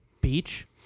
beach